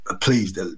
Please